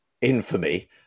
infamy